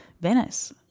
Venice